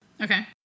Okay